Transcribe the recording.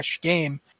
game